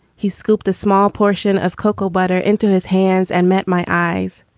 he scooped a small portion of cocoa butter into his hands and met my eyes.